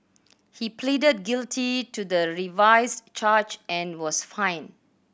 he pleaded guilty to the revised charge and was fined